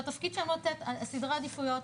שהתפקיד שם לתת סדרי עדיפויות.